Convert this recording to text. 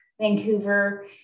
Vancouver